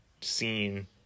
scene